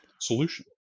solution